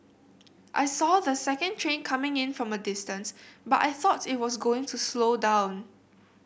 I saw the second train coming in from a distance but I thought it was going to slow down